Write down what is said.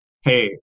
Hey